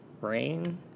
rain